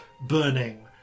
burning